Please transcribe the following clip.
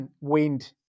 wind